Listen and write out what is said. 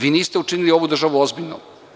Vi niste učinili ovu državu ozbiljnom.